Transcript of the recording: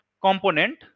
component